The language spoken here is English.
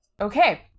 Okay